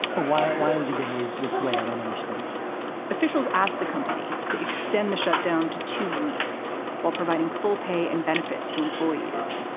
wyatt, why would you behave this way? i don't understand officials asked the company to extend the shutdown to two weeks while providing full pay and benefits to employees.